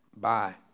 bye